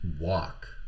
walk